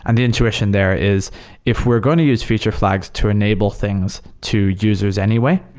and the intuition there is if we're going to use feature flags to enable things to users anyway,